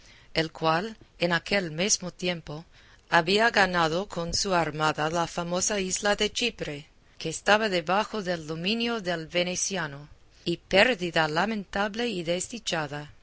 el cual en aquel mesmo tiempo había ganado con su armada la famosa isla de chipre que estaba debajo del dominio del veneciano y pérdida lamentable y desdichada